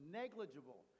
negligible